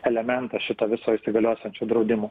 elementas šito viso įsigaliosiančio draudimo